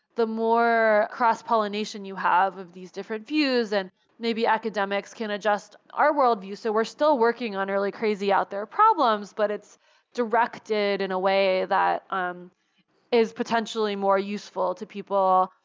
the more cross-pollination you have of these different views, and maybe academics can adjust our world view. so we're still working on early crazy out there problems, but it's directed in a way that um is potentially more useful to people,